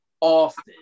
austin